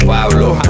Pablo